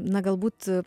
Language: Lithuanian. na galbūt